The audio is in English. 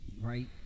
Right